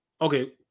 Okay